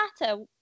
matter